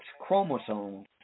chromosomes